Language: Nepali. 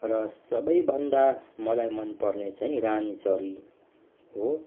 र सबैभन्दा मलाई मनपर्ने चाहिँ रानी चरी हो